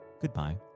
goodbye